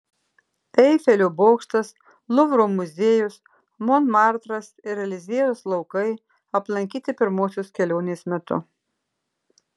eifelio bokštas luvro muziejus monmartras ir eliziejaus laukai aplankyti pirmosios kelionės metu